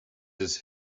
his